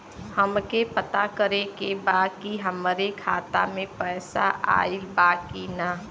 हमके पता करे के बा कि हमरे खाता में पैसा ऑइल बा कि ना?